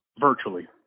virtually